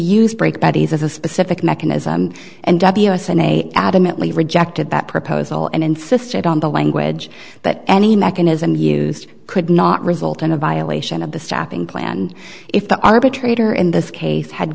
use brake bodies as a specific mechanism and they adamantly rejected that proposal and insisted on the language but any mechanism used could not result in a violation of the stopping plan if the arbitrator in this case had